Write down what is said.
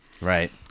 Right